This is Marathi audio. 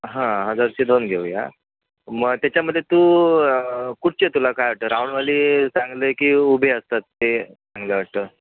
हां हजारचे दोन घेऊया मग त्याच्यामध्ये तू कुठचे तुला काय वाटतं राऊंडवाली चांगले की उभे असतात ते चांगलं वाटतं